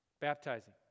Baptizing